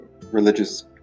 religious